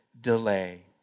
delay